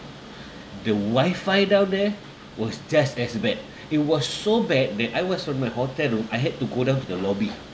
the wifi down there was just as bad it was so bad that I was on my hotel room I had to go down to the lobby